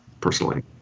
personally